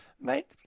Mate